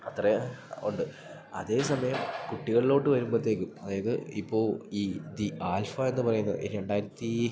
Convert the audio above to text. അത്രെ ഒണ്ട് അതേ സമയം കുട്ടികളിലോട്ട് വരുമ്പത്തേക്കും അതായത് ഇപ്പോ ഈ ദി ആൽഫ എന്ന് പറയുന്ന രെണ്ടായിരത്തി